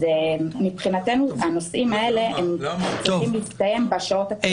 מבחינתנו הנושאים האלה צריכים להסתיים בשעות הקרובות.